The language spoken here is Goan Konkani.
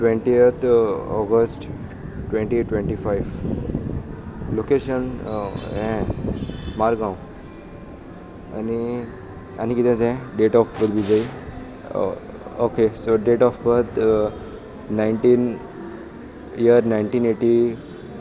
twentieth August twenty twenty five location हें मारगांव आनी आनी किदं जाय हे डेट ऑफ बर्त बी जाय okay so date of birth nineteen year nineteen eighty